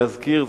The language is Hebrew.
להזכיר,